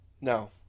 No